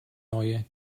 neue